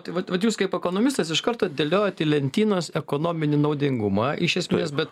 tai vat vat jūs kaip ekonomistas iš karto dėliojat į lentynas ekonominį naudingumą iš esmės bet